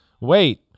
wait